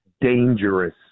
dangerous